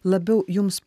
labiau jums